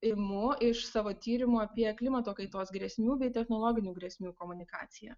imu iš savo tyrimo apie klimato kaitos grėsmių bei technologinių grėsmių komunikaciją